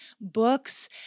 books